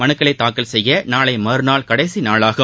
மனுக்களை தாக்கல் செய்ய நாளை மறுநாள் கடைசி நாளாகும்